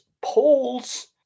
polls